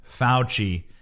Fauci